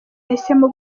yahisemo